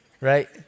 right